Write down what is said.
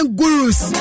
gurus